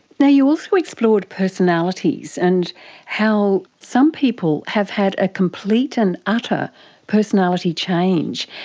now you also explored personalities, and how some people have had a complete and utter personality change,